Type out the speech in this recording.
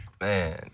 Man